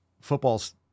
Football's